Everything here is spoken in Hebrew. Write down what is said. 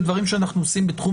לדברים שאנחנו עושים בתחום,